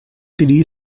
tree